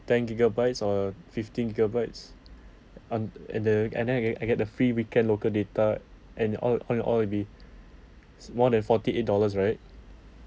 ten gigabytes or fifteen gigabytes and the and then I get I get the free weekend local data and all all in all it'll be more than forty eight dollars right